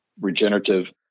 regenerative